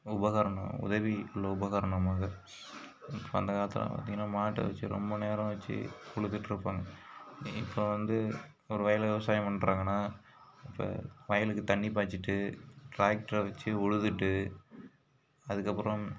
உபகரணம் உதவி உள்ள உபகாரணமாக இப்போ அந்த காலத்துலலாம் பார்த்தீங்கனா மாட்டை வச்சு ரொம்ப நேரம் வச்சு உழுதுட்டிருப்பாங்க இப்போ வந்து ஒரு வயலில் விவசாயம் பண்றாங்கனா இப்போ வயலுக்கு தண்ணி பாய்ச்சிட்டு டிராக்ட்டரை வச்சு உழுதுவிட்டு அதுக்கப்புறம்